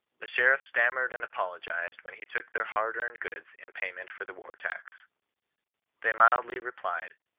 the sheriff stanmiered and apologized when he took their hard earned goods in payment for the wax-tax. they mildly replied,